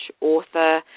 author